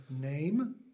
name